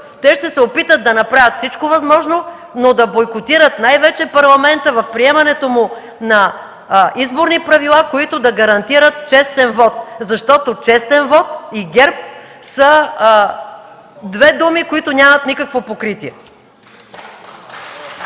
Те ще опитат да направят всичко възможно, но да бойкотират най-вече Парламента при приемането на изборни правила, които да гарантират честен вот. Защото честен вот и ГЕРБ са две думи, които нямат никакво покритие.